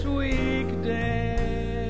weekday